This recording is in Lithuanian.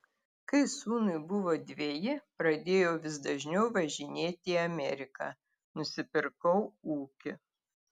kai sūnui buvo dveji pradėjau vis dažniau važinėti į ameriką nusipirkau ūkį